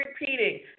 repeating